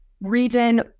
region